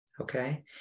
okay